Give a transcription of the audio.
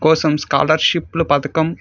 కోసం స్కాలర్షిప్ల పథకం